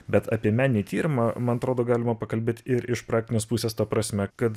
bet apie meninį tyrimą man atrodo galima pakalbėt ir iš praktinės pusės ta prasme kad